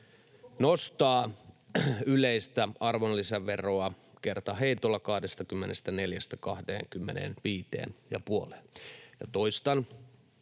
nostaa yleistä arvonlisäveroa kertaheitolla 24:stä